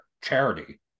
charity